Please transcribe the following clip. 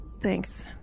Thanks